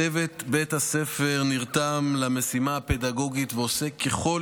צוות בית הספר נרתם למשימה הפדגוגית ועושה ככל